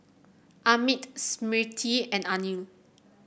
Amit Smriti and Anil